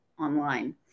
online